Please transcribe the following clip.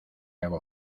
hago